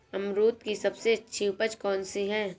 अमरूद की सबसे अच्छी उपज कौन सी है?